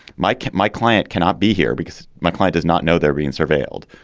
my, my client cannot be here because my client does not know they're being surveilled?